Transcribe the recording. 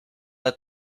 let